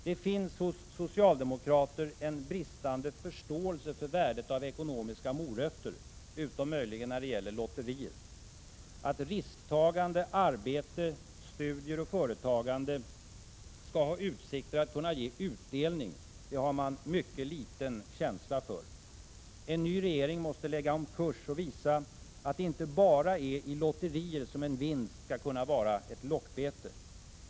Det finns hos socialdemokrater en bristande förståelse för värdet av ekonomiska morötter — utom möjligen när det gäller lotterier. Att risktagande, arbete, studier och företagande skall ha utsikter att ge utdelning har man mycket liten känsla för. En ny regering måste lägga om kurs och visa att det inte bara är i lotterier som en vinst skall kunna vara ett lockbete.